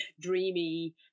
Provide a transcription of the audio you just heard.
dreamy